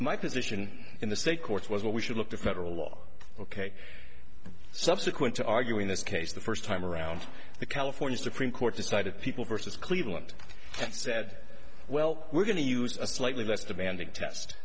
my position in the state courts was what we should look to federal law ok subsequent to arguing this case the first time around the california supreme court decided people versus cleveland said well we're going to use a slightly less demanding test